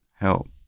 help